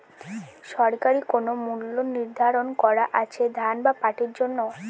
সরকারি কোন মূল্য নিধারন করা আছে ধান বা পাটের জন্য?